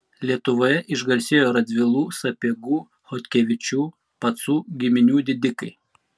lietuvoje išgarsėjo radvilų sapiegų chodkevičių pacų giminių didikai